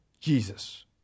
Jesus